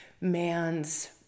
man's